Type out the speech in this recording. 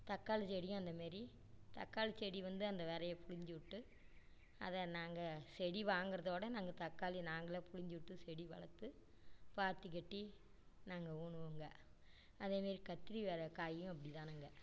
தக்காளி செடியும் அந்தமாரி தக்காளி செடி வந்து அந்த வெரைய புழிஞ்சிவுட்டு அதை நாங்கள் செடி வாங்கிறதோட நாங்கள் தக்காளி நாங்களே புழிஞ்சிவுட்டு செடி வளர்த்து பாத்தி கட்டி நாங்கள் ஊன்னுவோங்க அதேமாரி கத்தரி விர காயும் அப்படிதானுங்க